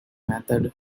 method